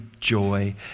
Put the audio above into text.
joy